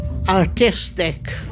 Artistic